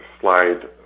slide